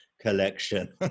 collection